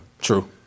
True